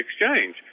exchange